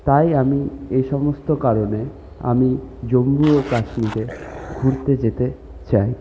তাই আমি এই সমস্ত কারণে আমি জম্মু ও কাশ্মীরে ঘুরতে যেতে চাই